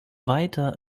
weiter